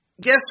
guess